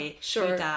sure